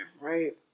right